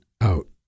out